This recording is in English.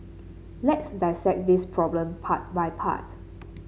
let's dissect this problem part by part